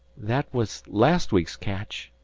that was last week's catch,